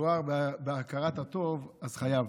כשמדובר בהכרת הטוב אז חייב.